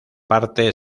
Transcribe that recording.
parte